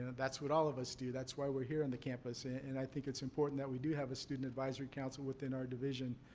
that's what all of us do. that's why we're here on the campus. and, i think it's important that we do have a student advisory council within our division.